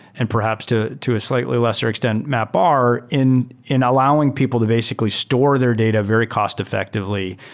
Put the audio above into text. and perhaps to to a slightly lesser extent, mapr in in allowing people to basically store their data very cost-effectively,